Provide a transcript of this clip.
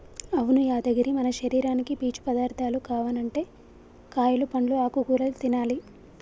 అవును యాదగిరి మన శరీరానికి పీచు పదార్థాలు కావనంటే కాయలు పండ్లు ఆకుకూరలు తినాలి